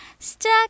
Stuck